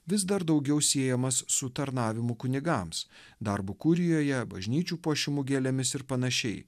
vis dar daugiau siejamas su tarnavimu kunigams darbu kurijoje bažnyčių puošimu gėlėmis ir panašiai